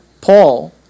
Paul